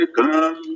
come